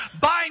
bind